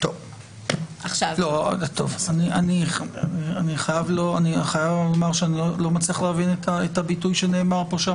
אני חייב לומר שאני לא מצליח להבין את הביטוי שנאמר כאן